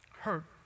hurt